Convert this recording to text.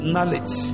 Knowledge